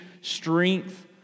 strength